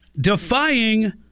defying